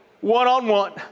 one-on-one